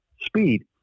speed